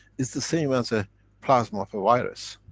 is the same as a plasma of a virus.